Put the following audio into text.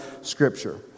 Scripture